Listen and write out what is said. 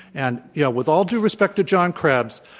and yeah with all due respect to john krebs,